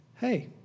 hey